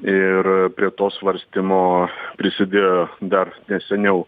ir prie to svarstymo prisidėjo dar seniau